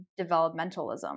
developmentalism